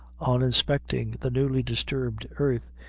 on inspecting the newly-disturbed earth,